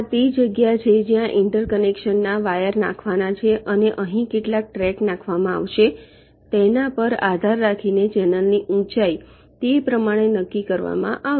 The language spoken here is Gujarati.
આ તે જગ્યા છે જ્યાં ઇન્ટરકનેક્શન ના વાયર નાખવાનાં છે અને અહીં કેટલા ટ્રેક નાખવામાં આવશે તેના પર આધાર રાખીને ચેનલ ની ઊંચાઇ તે પ્રમાણે નક્કી કરવામાં આવશે